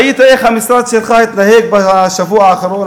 ראית איך המשרד שלך התנהג בשבוע האחרון,